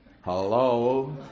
Hello